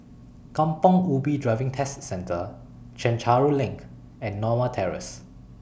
Kampong Ubi Driving Test Centre Chencharu LINK and Norma Terrace